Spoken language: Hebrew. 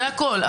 זה הכול,